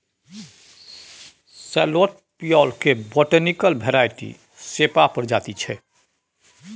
सैलोट पिओज केर botanical variety सेपा प्रजाति छै